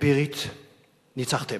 אמפירית ניצחתם.